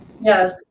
Yes